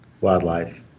wildlife